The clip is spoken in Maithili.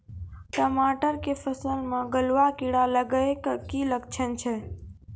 टमाटर के फसल मे गलुआ कीड़ा लगे के की लक्छण छै